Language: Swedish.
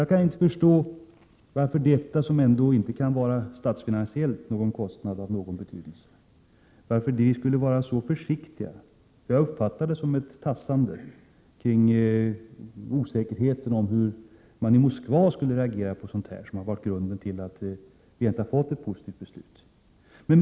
Jag kan inte förstå varför vi i denna fråga, som ändå inte statsfinansiellt kan innebära en kostnad av större betydelse, måste vara så försiktiga. Jag uppfattar det som ett tassande kring osäkerheten om hur man i Moskva skulle reagera på detta och att det är grunden till att vi inte fått ett positivt beslut.